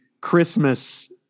Christmas